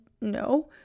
no